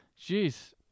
Jeez